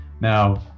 Now